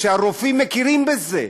הרופאים מכירים בזה.